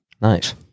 Nice